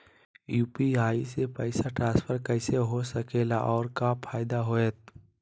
UPI से पैसा transfer कैसे हो सके ला और का फायदा होएत?